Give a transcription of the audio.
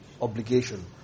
obligation